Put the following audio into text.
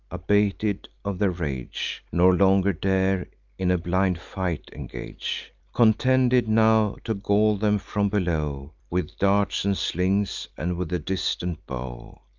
abated of their rage, nor longer dare in a blind fight engage contented now to gall them from below with darts and slings, and with the distant bow.